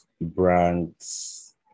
brands